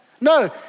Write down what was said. No